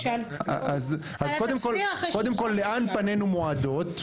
אז קודם כל לאן פנינו מועדות,